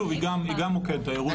היא גם מוקד תיירות.